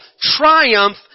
triumph